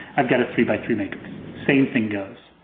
i've got a three by three matrix, same thing goes.